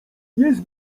jest